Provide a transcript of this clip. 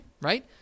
right